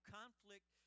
conflict